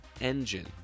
engine